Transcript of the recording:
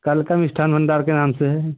कालका मिष्ठान भंडार के नाम से है